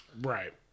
Right